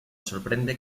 sorprende